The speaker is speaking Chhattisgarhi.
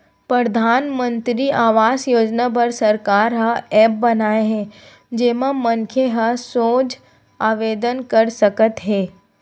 परधानमंतरी आवास योजना बर सरकार ह ऐप बनाए हे जेमा मनखे ह सोझ आवेदन कर सकत हे